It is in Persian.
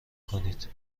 کنید